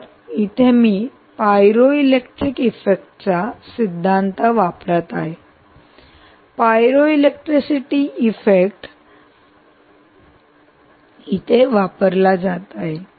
तर इथे मी पायरोइलेक्ट्रिक इफेक्टचा सिद्धांत वापरत आहे पायरो इलेक्ट्रिसिटी इफेक्ट वापरत आहे